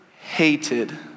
hated